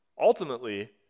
Ultimately